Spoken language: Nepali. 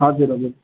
हजुर हजुर